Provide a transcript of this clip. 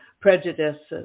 prejudices